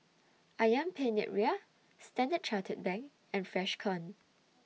Ayam Penyet Ria Standard Chartered Bank and Freshkon